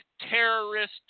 terrorist